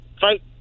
fight